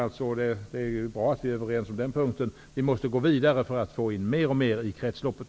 Det är bra att vi är överens om att det är nödvändigt att gå vidare för att få in mer och mer i kretsloppet.